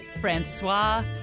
Francois